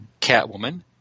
Catwoman